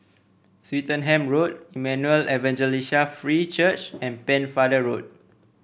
Swettenham Road Emmanuel Evangelical Free Church and Pennefather Road